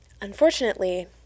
Unfortunately